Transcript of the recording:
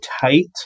tight